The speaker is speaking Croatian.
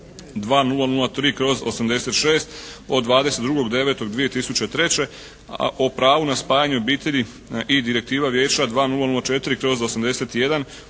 2003/86 od 22.9.2003., a o pravu na spajanju obitelji i Direktivi Vijeća 2004/81